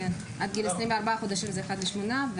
עד גיל 24 חודשים זה אחד לשמונה.